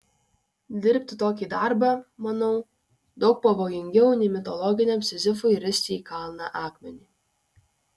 dirbti tokį darbą manau daug pavojingiau nei mitologiniam sizifui risti į kalną akmenį